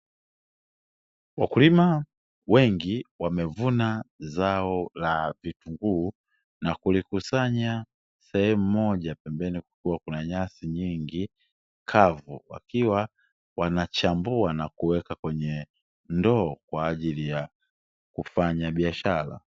Wakulima wengi wamevuna zao la vitunguu na kuvikusanya sehemu moja na pembeni kukiwa na nyasi nyingi kavu wakiwa wanachambua na kuweka kwenye ndoo kwaajili ya kufanya biashara.